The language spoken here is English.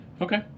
Okay